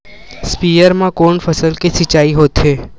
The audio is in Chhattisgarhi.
स्पीयर म कोन फसल के सिंचाई होथे?